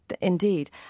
Indeed